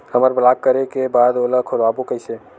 हमर ब्लॉक करे के बाद ओला खोलवाबो कइसे?